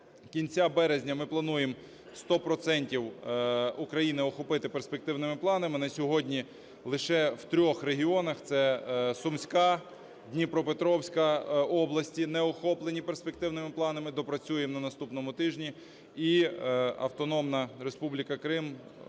кінця березня ми плануємо сто процентів України охопити перспективними планами. На сьогодні лише в трьох регіонах, це Сумська, Дніпропетровська області не охоплені перспективними планами, доопрацюємо на наступному тижні, і Автономна Республіка Крим